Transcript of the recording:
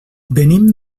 venim